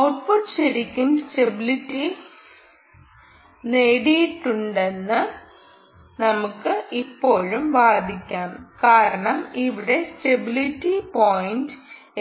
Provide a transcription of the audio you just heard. output ശരിക്കും stability നേടിയിട്ടില്ലെന്ന് നമുക്ക് ഇപ്പോഴും വാദിക്കാം കാരണം ഇവിടെ സ്റ്റെബിലിറ്റി പോയിന്റ്